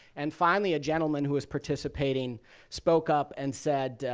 and, finally, a gentleman who was participating spoke up and said,